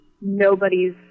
nobody's